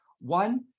One